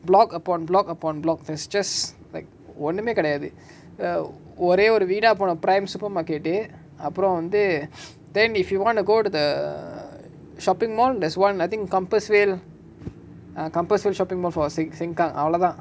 block upon block upon block that's just like ஒன்னுமே கெடயாது:onnume kedayaathu err ஒரே ஒரு வீணா போன:ore oru veena pona prime supermarket uh அப்ரோ வந்து:apro vanthu then if you want to go to the shopping mall there's one I think compassvale compassvale shopping mall for sengkang அவளதா:avalathaa